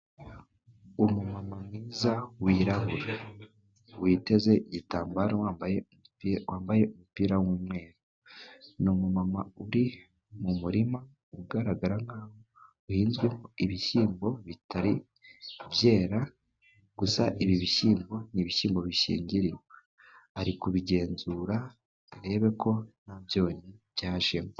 Umuma mwiza wirabura, witeze igitambaro, wambaye umupira w'umweru. Ni umumama uri mu murima, ugaragara nk'aho uhinzwemo ibishyimbo bitari byera, gusa ibi bishyimbo, ni ibishyimbo bishingirirwa, ari kubigenzura, ngo arebe ko nta byonnyi byajemo.